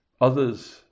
Others